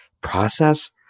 process